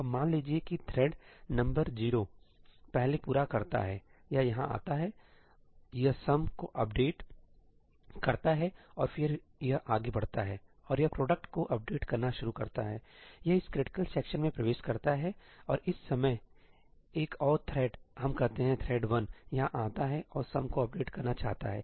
अब मान लीजिए कि थ्रेड नंबर 0 पहले पूरा करता हैयह यहाँ आता हैयह सम को अपडेट करता है और फिर यह आगे बढ़ता है और यह प्रोडक्ट को अपडेट करना शुरू करता हैयह इस क्रिटिकल सेक्शन में प्रवेश करता हैऔर इस समय एक और थ्रेड हम कहते हैं थ्रेड 1 यहाँ आता है और सम को अपडेट करना चाहता है